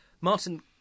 Martin